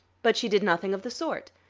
but she did nothing of the sort.